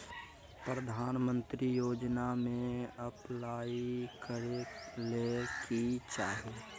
प्रधानमंत्री योजना में अप्लाई करें ले की चाही?